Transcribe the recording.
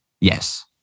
Yes